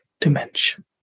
dimension